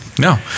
No